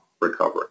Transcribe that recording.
recovery